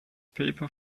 paper